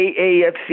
AAFC